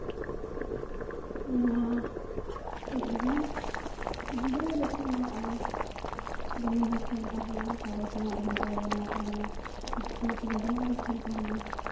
ᱵᱮᱱᱟᱣᱮᱫ ᱜᱮᱭᱟ ᱜᱤᱫᱽᱨᱟᱹ ᱡᱚᱠᱷᱚᱱ ᱫᱚ ᱟᱞᱮ ᱫᱚᱢᱮᱞᱮ ᱠᱷᱮᱞ ᱛᱟᱦᱮᱱᱟ ᱠᱟᱜᱚᱡᱽ ᱨᱮᱱᱟᱜ ᱰᱷᱚᱜᱟ ᱞᱮ ᱵᱮᱱᱟᱣ ᱛᱟᱦᱮᱱᱟ ᱤᱥᱠᱩᱞ ᱠᱚᱨᱮᱜ ᱫᱚᱢᱮᱞᱮ ᱠᱷᱮᱞ ᱛᱟᱦᱮᱱᱟ